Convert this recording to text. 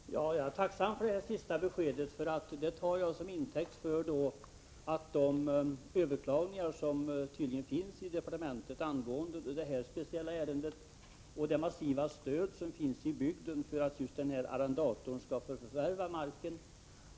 Herr talman! Jag är tacksam för det sista beskedet från civilministern. Jag tar det som intäkt för att man vid behandlingen av de överklaganden som finns i departementet angående detta speciella ärende kommer att ta hänsyn till det massiva stödet i bygden för att arrendatorn skall få förvärva marken.